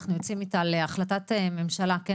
אנחנו יוצאים איתה להחלטת ממשלה כן